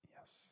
Yes